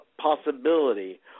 Possibility